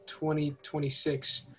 2026